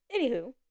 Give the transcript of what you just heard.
Anywho